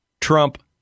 Trump